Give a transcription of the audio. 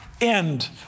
end